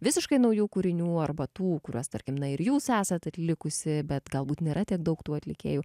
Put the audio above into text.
visiškai naujų kūrinių arba tų kuriuos tarkim na ir jūs esat atlikusi bet galbūt nėra tiek daug tų atlikėjų